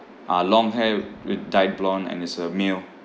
uh long hair with dyed blonde and is a male